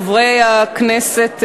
חברי הכנסת,